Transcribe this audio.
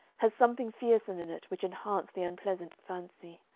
had something fearsome in it which enhanced the unpleasant fancy.